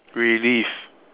relive